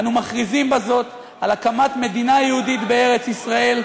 אנו מכריזים בזאת על הקמת מדינה יהודית בארץ-ישראל,